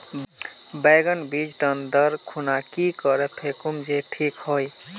बैगन बीज टन दर खुना की करे फेकुम जे टिक हाई?